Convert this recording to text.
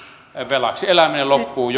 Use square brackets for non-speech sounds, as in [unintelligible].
velaksi eläminen loppuu [unintelligible]